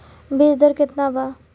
बीज दर केतना वा?